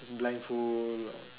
blind fold